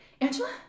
Angela